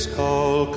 call